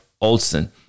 Olson